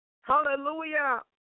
hallelujah